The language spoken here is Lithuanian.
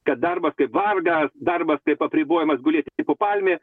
kad darbas kaip vargas darbas kaip apribojamas gulėti po palme